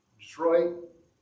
Detroit